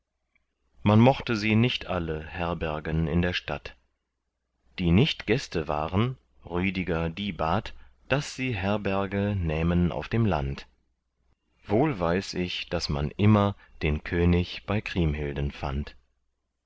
man mochte sie nicht alle herbergen in der stadt die nicht gäste waren rüdiger die bat daß sie herberge nähmen auf dem land wohl weiß ich daß man immer den könig bei kriemhilden fand